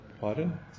pardon